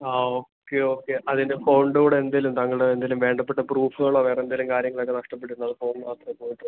ആ okay okay അതിൻ്റെ ഫോണിൻ്റെ കൂടെ എന്തേലും താങ്കളുടെ എന്തേലും വേണ്ടപ്പെട്ട പ്രൂഫുകളോ വേറെ എന്തേലും കാര്യങ്ങളൊക്കെ നഷ്ടപ്പെട്ടിരുന്നോ അതോ ഫോൺ മാത്രേ പോയിട്ടുള്ളോ